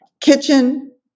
kitchen